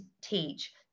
teach